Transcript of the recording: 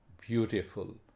beautiful